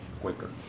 quicker